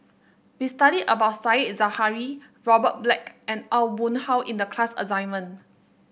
we studied about Said Zahari Robert Black and Aw Boon Haw in the class assignment